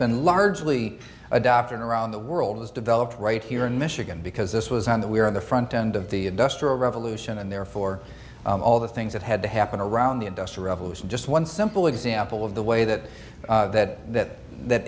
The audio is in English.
been largely adoption around the world was developed right here in michigan because this was on the we were on the front end of the industrial revolution and therefore all the things that had to happen around the industrial revolution just one simple example of the way that that that